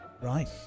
Right